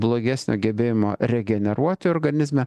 blogesnio gebėjimo regeneruoti organizme